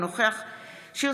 אינו נוכח עמיחי שיקלי,